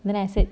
then I said